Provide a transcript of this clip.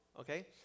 okay